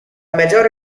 majority